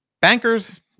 bankers